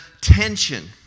tension